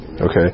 Okay